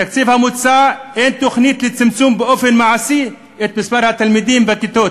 בתקציב המוצע אין תוכנית לצמצם באופן מעשי את מספר התלמידים בכיתות